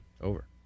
over